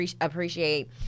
appreciate